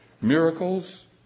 miracles